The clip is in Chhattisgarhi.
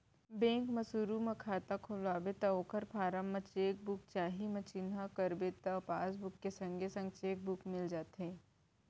बेंक म सुरू म खाता खोलवाबे त ओकर फारम म चेक बुक चाही म चिन्हा करबे त पासबुक के संगे संग चेक बुक मिल जाथे